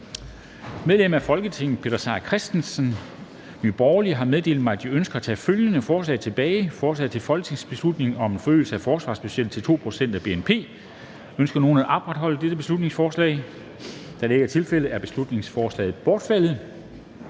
Medlemmer af Folketinget Peter Seier Christensen (NB) m.fl. har meddelt mig, at de ønsker at tage følgende forslag tilbage: Forslag til folketingsbeslutning om forøgelse af forsvarsbudgettet til 2 pct. af bnp. (Beslutningsforslag nr. B 180). Ønsker nogen at optage dette beslutningsforslag? Da det ikke er tilfældet, er beslutningsforslaget bortfaldet.